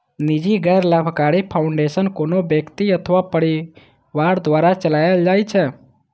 निजी गैर लाभकारी फाउंडेशन कोनो व्यक्ति अथवा परिवार द्वारा चलाएल जाइ छै